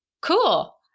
cool